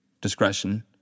Discretion